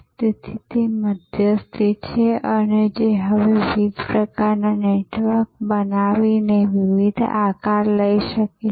તેથી તે મધ્યસ્થી છે જે હવે વિવિધ પ્રકારના નેટવર્ક બનાવીને વિવિધ આકાર લઈ શકે છે